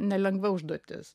nelengva užduotis